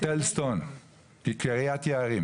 הטענה שלהם זה מטעמי טבע.